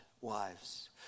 wives